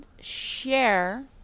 share